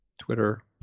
Twitter